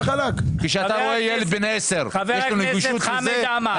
אתה רואה ילד בן 10 שיש לו נגישות לזה.